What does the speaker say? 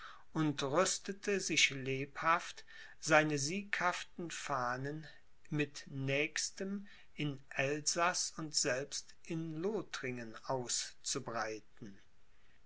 und rüstete sich lebhaft seine sieghaften fahnen mit nächstem in elsaß und selbst in lothringen auszubreiten